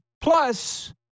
Plus